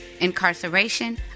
incarceration